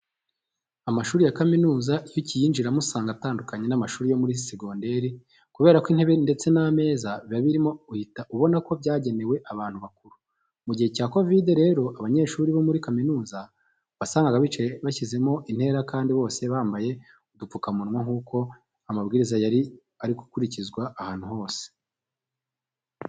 Amashuri ya kaminuza iyo ukiyinjiramo usanga atandukanye n'amashuri yo muri segonderi kubera ko intebe ndetse n'ameza biba birimo uhita ubona ko byagenewe abantu bakuru. Mu gihe cya kovide rero abanyeshuri bo muri kaminuza wasangaga bicaye bashyizemo intera kandi bose bambaye udupfukamunwa nk'uko ayo mabwiriza yari ari gukurikizwa ahantu hose.